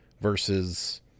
versus